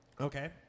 Okay